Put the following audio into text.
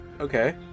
Okay